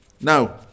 Now